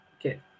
Okay